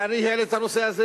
ואני העליתי את הנושא הזה,